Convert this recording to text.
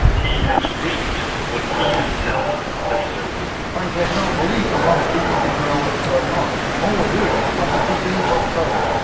he has reaped what he himself has sownman so frankly, i can't believe that a lot of people didn't know what's going on. all we're doing is prosecuting the foot soldier.